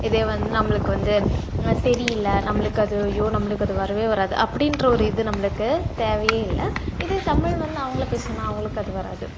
இதே வந்து நம்மளுக்கு வந்து தெரியலை நம்மளுக்கு அது ஐயோ நம்மளுக்கு அது வரவே வராது அப்படின்ற ஒரு இது நம்மளுக்குத் தேவையே இல்லை இதே தமிழ் வந்து அவங்களே பேசுனால் அவங்களுக்கு அது வராது